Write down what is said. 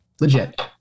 Legit